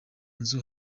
nzu